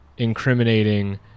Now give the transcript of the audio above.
incriminating